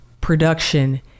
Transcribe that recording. production